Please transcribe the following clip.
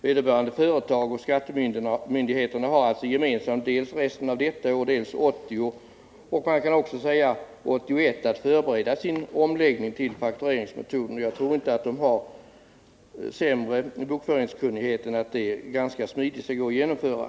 Vederbörande företag och skattemyndigheter har alltså dels resten av detta år, dels nästa år och dels 1981 för att förbereda sin omläggning till faktureringsmetoden. Och jag tror inte att de har sämre bokföringskunnighet än att det ganska smidigt skall gå att genomföra.